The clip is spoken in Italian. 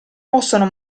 possono